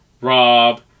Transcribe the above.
Rob